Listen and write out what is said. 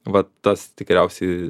va tas tikriausiai